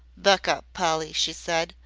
buck up, polly, she said,